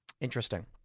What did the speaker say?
Interesting